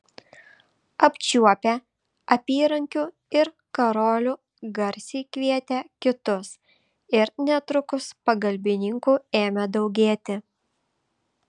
apčiuopę apyrankių ir karolių garsiai kvietė kitus ir netrukus pagalbininkų ėmė daugėti